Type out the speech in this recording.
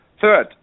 Third